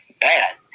bad